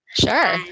Sure